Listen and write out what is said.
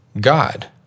God